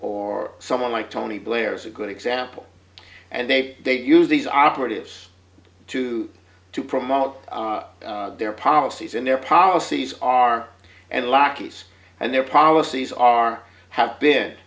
or someone like tony blair is a good example and they use these operatives to to promote their policies and their policies are and lackeys and their policies are have been